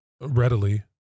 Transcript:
readily